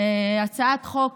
הצעת חוק